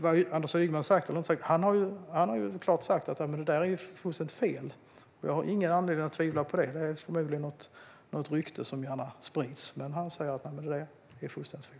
vad Anders Ygeman har sagt har han klart sagt att det där är fullständigt fel, och jag har ingen anledning att tvivla på det. Det är förmodligen något rykte som gärna sprids, men han säger att det är fullständigt fel.